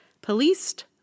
policed